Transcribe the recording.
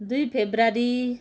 दुई फरवरी